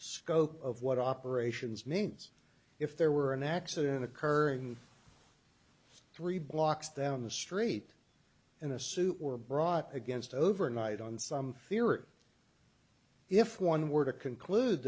scope of what operations means if there were an accident occurring three blocks down the street in a suit were brought against overnight on some fear or if one were to conclude